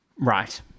Right